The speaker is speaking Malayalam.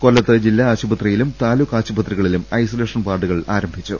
കൊല്ലത്ത് ജില്ലാ ആശുപത്രിയിലും താലൂക്ക് ആശുപത്രിക ളിലും ഐസൊലേഷൻ വാർഡുകൾ ആരംഭിച്ചു